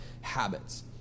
Habits